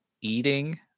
eating